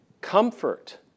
Comfort